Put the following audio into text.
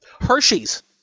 Hershey's